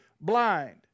blind